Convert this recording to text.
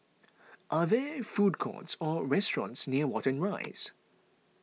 are there food courts or restaurants near Watten Rise